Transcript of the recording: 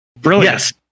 brilliant